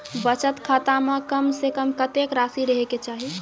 बचत खाता म कम से कम कत्तेक रासि रहे के चाहि?